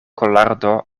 kolardo